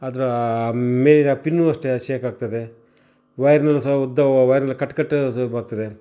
ಅದರ ಮೇಲಿನ ಪಿನ್ನು ಅಷ್ಟೆ ಶೇಕ್ ಆಗ್ತದೆ ವಯರನ್ನು ಸಹ ಉದ್ದ ವೈರ್ ಎಲ್ಲ ಕಟ್ ಕಟ್ ಶೇಕ್ ಆಗ್ತದೆ